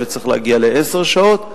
וצריך להגיע לעשר שעות,